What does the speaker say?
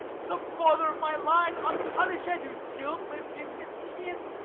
some father of my line, unpunished, whose guilt lived in his kin,